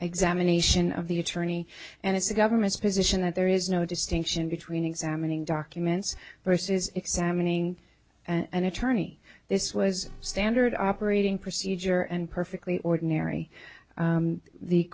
examination of the attorney and it's a government's position that there is no distinction between examining documents versus examining an attorney this was standard operating procedure and perfectly ordinary